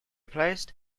placed